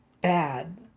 bad